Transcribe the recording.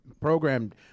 programmed